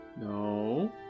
No